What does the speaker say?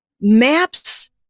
maps